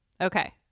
Okay